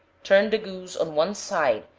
turn the goose on one side,